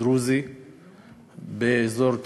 דרוזי באזור טבריה.